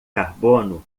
carbono